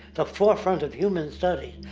the forefront of human study.